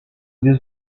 diez